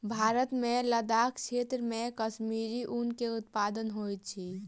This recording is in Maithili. भारत मे लदाख क्षेत्र मे कश्मीरी ऊन के उत्पादन होइत अछि